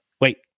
Wait